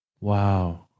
Wow